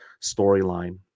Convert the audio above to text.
storyline